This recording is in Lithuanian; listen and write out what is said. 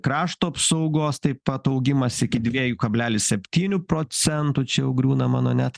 krašto apsaugos taip pat augimas iki dviejų kablelis septynių procentų čia jau griūna mano net